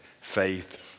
faith